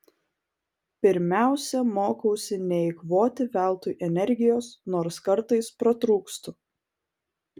pirmiausia mokausi neeikvoti veltui energijos nors kartais pratrūkstu